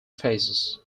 phases